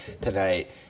tonight